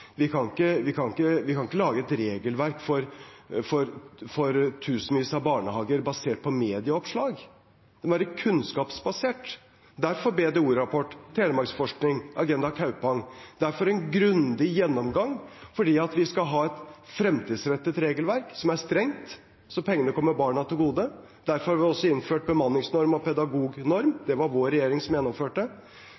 Vi kan ikke lage et regelverk for tusenvis av barnehager basert på medieoppslag. Det må være kunnskapsbasert – derfor BDO-rapport, Telemarksforskning, Agenda Kaupang, og derfor en grundig gjennomgang, for vi skal ha fremtidsrettet regelverk som er strengt, slik at pengene kommer barna til gode. Derfor har vi også innført bemanningsnorm og pedagognorm,